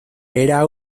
era